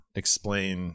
explain